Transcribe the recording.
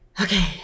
Okay